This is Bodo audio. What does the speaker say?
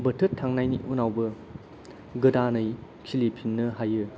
बोथोर थांनायनि उनावबो गोदानै खिलिफिननो हायो